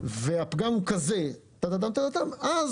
והפגם הוא כזה, אז